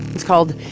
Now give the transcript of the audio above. it's called,